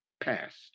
past